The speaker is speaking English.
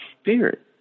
spirit